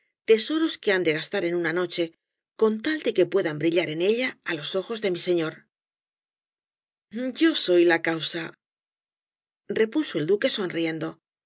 tesoros que han de gastar en una noche con tal de que puedan brillar en ella á los ojos de mi señor yo soy la causa repuso el duque sonriendo su